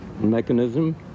mechanism